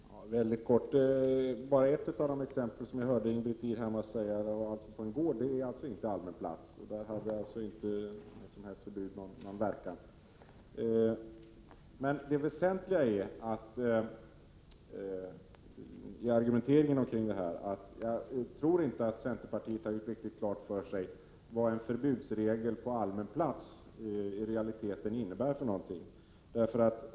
Herr talman! Jag skall fatta mig mycket kort. Ett av de exempel som Ingbritt Irhammar anförde gällde ett knivdrama som utspelade sig på en gård — det är inte allmän plats, och där hade alltså inte ett knivförbud som gäller allmän plats haft någon verkan. Men det väsentliga i argumenteringen kring det här är att centerpartiet inte, tror jag, har gjort riktigt klart för sig vad en förbudsregel som gäller allmän plats i realiteten innebär.